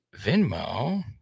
Venmo